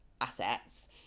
assets